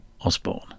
Osborne